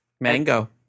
mango